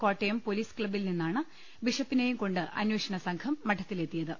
കോട്ട യം പൊലീസ്ക്ലബ്ബിൽ നിന്നാണ് ബിഷപ്പിനെയും കൊണ്ട് അന്വേഷണ സം ഘം മഠത്തിലെത്തിയത്